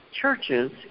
churches